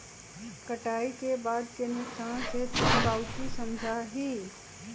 कटाई के बाद के नुकसान से तू काउची समझा ही?